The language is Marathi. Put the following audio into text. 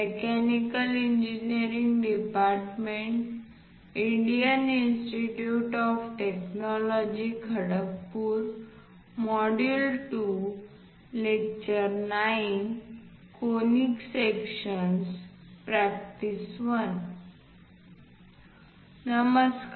नमस्कार